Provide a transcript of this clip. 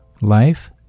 life